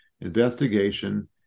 investigation